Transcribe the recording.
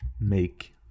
make